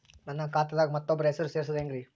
ನನ್ನ ಖಾತಾ ದಾಗ ಮತ್ತೋಬ್ರ ಹೆಸರು ಸೆರಸದು ಹೆಂಗ್ರಿ?